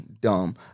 dumb